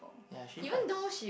ya she does